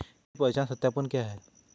KYC पहचान सत्यापन क्या है?